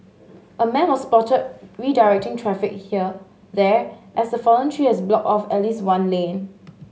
a man was spotted redirecting traffic here there as the fallen tree has blocked off at least one lane